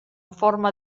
forma